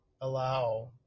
allow